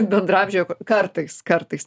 bendraamžio k kartais kartais